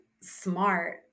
smart